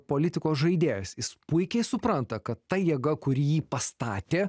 politikos žaidėjas jis puikiai supranta kad ta jėga kur jį pastatė